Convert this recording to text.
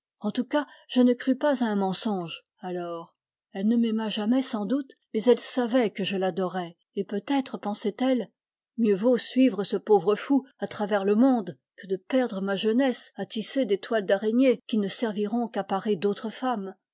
en tout cas je ne crus pas à un mensonge alors elle ne m'aima jamais sans doute mais elle savait que je l'adorais et peut-être pensait-elle mieux vaut suivre ce pauvre fou à travers le monde que de perdre ma jeunesse à tisser des toiles d'araignée qui ne serviront qu'à parer d'autres femmes